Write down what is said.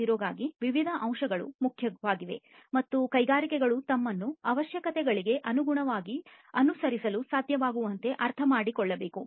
0 ಗಾಗಿ ವಿವಿಧ ಅಂಶಗಳು ಮುಖ್ಯವಾಗಿವೆ ಮತ್ತು ಕೈಗಾರಿಕೆಗಳು ತಮ್ಮನ್ನು ಅವಶ್ಯಕತೆಗಳಿಗೆ ಅನುಗುಣವಾಗಿ ಅನುಸರಿಸಲು ಸಾಧ್ಯವಾಗುವಂತೆ ಅರ್ಥಮಾಡಿಕೊಳ್ಳಬೇಕು